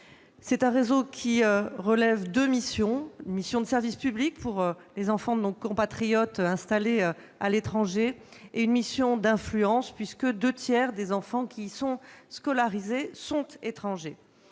Il assure deux missions : une mission de service public pour les enfants de nos compatriotes installés à l'étranger et une mission d'influence puisque deux tiers des enfants qui y sont scolarisés sont étrangers.